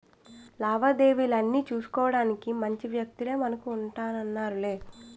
లావాదేవీలన్నీ సూసుకోడానికి మంచి వ్యక్తులే మనకు ఉంటన్నారులే